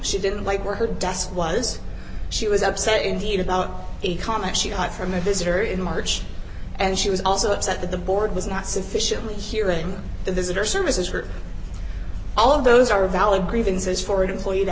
she didn't like where her desk was she was upset indeed about a comment she got from a visitor in march and she was also upset that the board was not sufficiently hearing the visitor services for all of those are valid grievances forward employee to